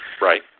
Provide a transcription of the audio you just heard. Right